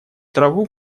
траву